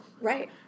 Right